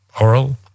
Oral